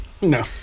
No